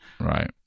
Right